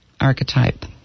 archetype